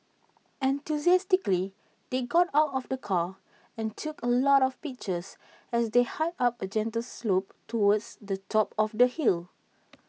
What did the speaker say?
enthusiastically they got out of the car and took A lot of pictures as they hiked up A gentle slope towards the top of the hill